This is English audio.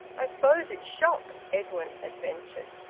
i suppose it's shock, edwin adventured.